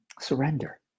surrender